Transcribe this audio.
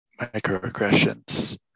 microaggressions